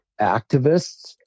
activists